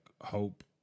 hope